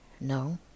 no